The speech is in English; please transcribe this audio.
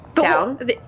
Down